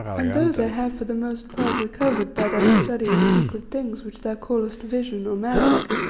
and those i have for the most part recovered by that study of secret things which thou callest vision or magic.